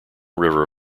river